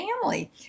family